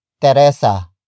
teresa